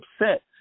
upset